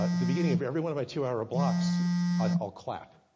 ah the beginning of every one of my two hour blocks i'll clap.